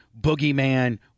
boogeyman